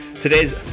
Today's